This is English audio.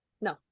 No